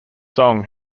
song